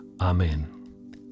Amen